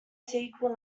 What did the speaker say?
sequel